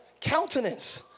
countenance